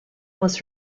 was